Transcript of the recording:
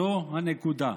זו הנקודה.